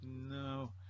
no